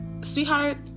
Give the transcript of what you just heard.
Sweetheart